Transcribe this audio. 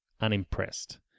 unimpressed